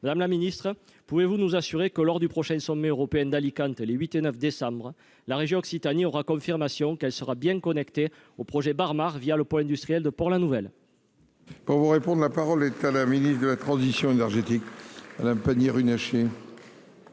madame la ministre, pouvez-vous nous assurer que lors du prochain sommet européen d'Alicante Les 8 et 9 décembre la région Occitanie aura confirmation qu'elle sera bien connectée au projet barbare via le pôle industriel de pour la nouvelle. Pour vous répondre, la parole est à la ministre de la transition énergétique, madame Pannier-Runacher.